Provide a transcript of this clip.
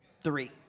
three